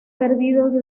perdido